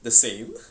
the same